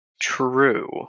true